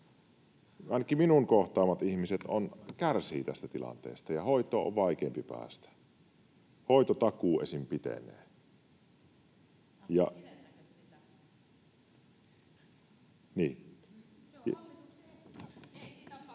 Ainakin minun kohtaamani ihmiset kärsivät tästä tilanteesta, ja hoitoon on vaikeampi päästä. Esim. hoitotakuu pitenee.